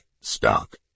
stock